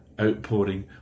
outpouring